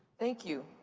thank you.